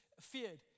feared